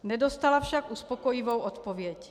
Nedostala však uspokojivou odpověď.